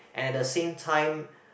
and at the same time